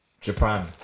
Japan